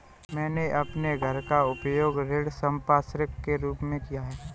मैंने अपने घर का उपयोग ऋण संपार्श्विक के रूप में किया है